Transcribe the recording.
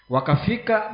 Wakafika